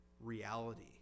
reality